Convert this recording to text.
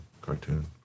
cartoon